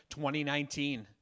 2019